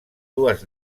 dues